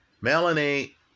Melanie